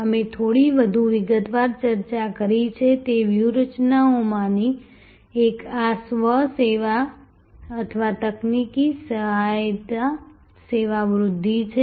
અમે થોડી વધુ વિગતવાર ચર્ચા કરી છે તે વ્યૂહરચનાઓમાંની એક આ સ્વ સેવા અથવા તકનીકી સહાયિત સેવા વૃદ્ધિ છે